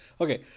okay